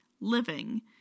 living